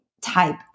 type